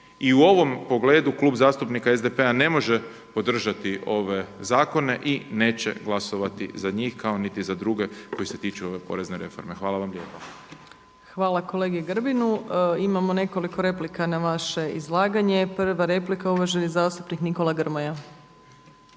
i u ovom pogledu Klub zastupnika SDP-a ne može podržati ove zakone i neće glasovati za njih kao niti za druge koji se tiču ove porezne reforme. Hvala vam lijepo. **Opačić, Milanka (SDP)** Hvala kolegi Grbinu. Imamo nekoliko replika na vaše izlaganje. Prva replika uvaženi zastupnik Nikola Grmoja.